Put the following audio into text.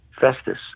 Festus